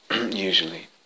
usually